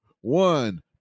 one